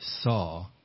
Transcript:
saw